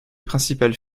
principales